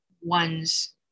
one's